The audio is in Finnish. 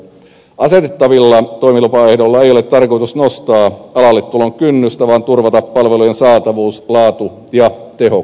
asetettavilla toimilupaehdoilla ei ole tarkoitus nostaa alalle tulon kynnystä vaan turvata palvelujen saatavuus laatu ja tehokkuus